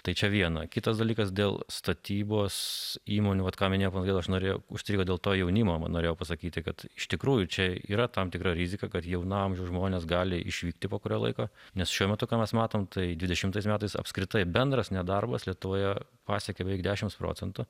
tai čia viena kitas dalykas dėl statybos įmonių vat ką minėjo kolega aš norėjau užstrigo dėl to jaunimo norėjau pasakyti kad iš tikrųjų čia yra tam tikra rizika kad jaunam žmonės gali išvykti po kurio laiko nes šiuo metu ką mes matom tai dvidešimtais metais apskritai bendras nedarbas lietuvoje pasiekė beveik dešimt procentų